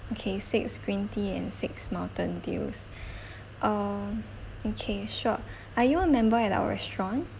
okay six green tea and six Mountain Dews err okay sure are you a member at our restaurant